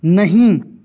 نہیں